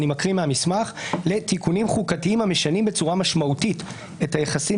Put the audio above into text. ואני מקריא מהמסמך: לתיקונים חוקתיים המשנים בצורה משמעותית את היחסים